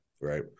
right